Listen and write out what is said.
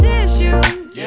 issues